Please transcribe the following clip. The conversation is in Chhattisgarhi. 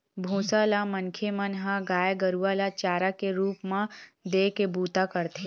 भूसा ल मनखे मन ह गाय गरुवा ल चारा के रुप म देय के बूता करथे